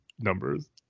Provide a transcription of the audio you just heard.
numbers